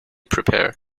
prepare